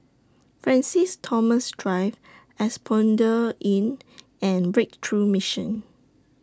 Francis Thomas Drive Asphodel Inn and Breakthrough Mission